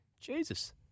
Jesus